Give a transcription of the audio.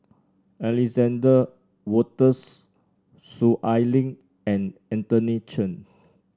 Alexander Wolters Soon Ai Ling and Anthony Chen